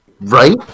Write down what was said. Right